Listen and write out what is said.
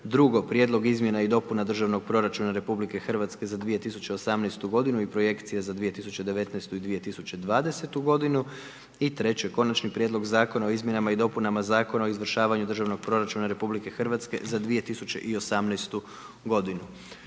g. Prijedlog izmjena i dopuna državnog proračuna Republike Hrvatske za 2018. godinu i projekcija za 2019. i 2020. g. Konačni Prijedlog Zakona o izmjenama i dopunama Zakona o izvršavanju državnog proračuna RH za 2018. godinu.